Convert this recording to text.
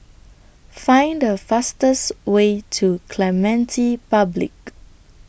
Find The fastest Way to Clementi Public